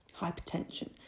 hypertension